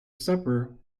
supper